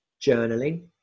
journaling